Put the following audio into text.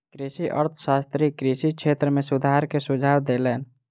कृषि अर्थशास्त्री कृषि क्षेत्र में सुधार के सुझाव देलैन